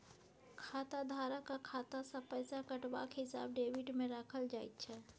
खाताधारकक खाता सँ पैसा कटबाक हिसाब डेबिटमे राखल जाइत छै